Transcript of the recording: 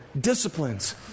disciplines